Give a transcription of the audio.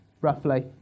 roughly